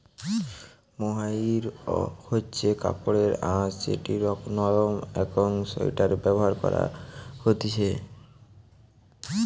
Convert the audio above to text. mohair হচ্ছে কাপড়ের আঁশ যেটি নরম একং সোয়াটারে ব্যবহার করা হতিছে